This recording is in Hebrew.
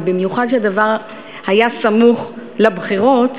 ובמיוחד שהדבר היה סמוך לבחירות,